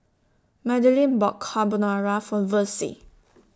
Madilynn bought Carbonara For Versie